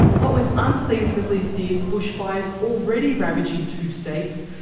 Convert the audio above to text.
but with unseasonably fierce bushfires already ravaging two states,